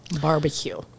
barbecue